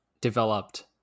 developed